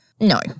No